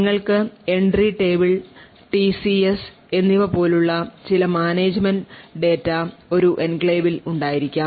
നിങ്ങൾക്ക് entry table TCS TCSThreat Control Structure എന്നിവ പോലുള്ള ചില മാനേജ്മെൻറ് ഡാറ്റ ഒരു എൻക്ലേവിൽ ഉണ്ടായിരിക്കാം